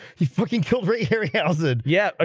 he fucking killed right here. how's it yeah? ah